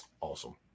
Awesome